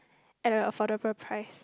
at the affordable price